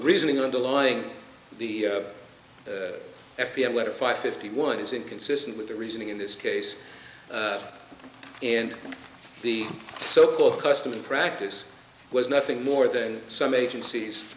reasoning underlying the f b i whether five fifty one is inconsistent with the reasoning in this case and the so called custom and practice was nothing more than some agencies